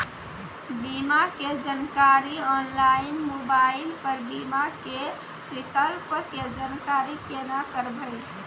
बीमा के जानकारी ऑनलाइन मोबाइल पर बीमा के विकल्प के जानकारी केना करभै?